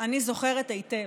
בפוליטיקה אני זוכרת היטב.